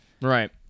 Right